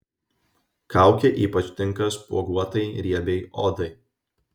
kaukė ypač tinka spuoguotai riebiai odai